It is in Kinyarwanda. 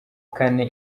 kane